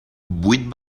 vuit